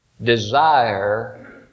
Desire